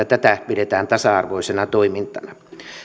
tätä pidetään tasa arvoisena toimintana